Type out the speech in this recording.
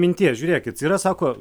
minties žiūrėkit yra sako